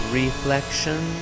reflection